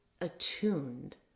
attuned